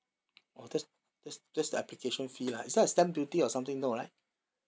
orh that's that's that's application fee lah is there a stamp duty or something no right